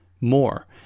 more